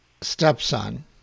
stepson